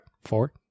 Four